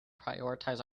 prioritize